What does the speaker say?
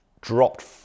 dropped